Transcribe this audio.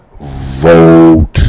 vote